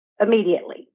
immediately